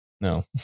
No